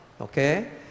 okay